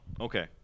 Okay